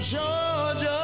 Georgia